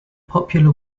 popular